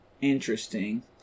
interesting